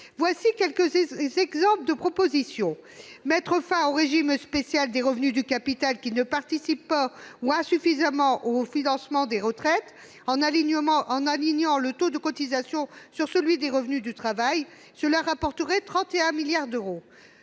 Voici quelques exemples de propositions. Mettre fin au régime spécial des revenus du capital, qui ne participent pas ou participent insuffisamment au financement des retraites, en alignant le taux de cotisation sur celui des revenus du travail, rapporterait 31 milliards d'euros.